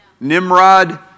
Nimrod